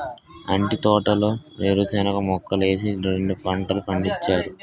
అంటి తోటలో వేరుశనగ మొక్కలేసి రెండు పంటలు పండించారు